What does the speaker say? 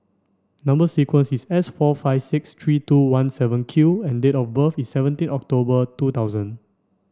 number sequence is S four five six three two one seven Q and date of birth is seventeen October two thousand